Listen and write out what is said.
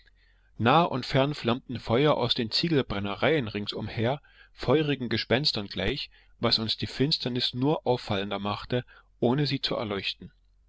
nah und fern flammten feuer aus den ziegelbrennereien ringsumher feurigen gespenstern gleich was uns die finsternis nur auffallender machte ohne sie zu erleuchten